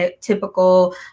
typical